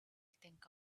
think